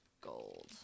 gold